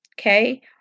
okay